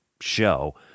Show